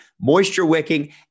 moisture-wicking